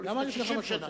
למה לפני 500 שנה?